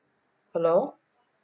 hello